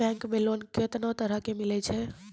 Bank मे loan कैतना तरह के मिलै छै?